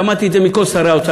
שמעתי את זה מכל שרי האוצר,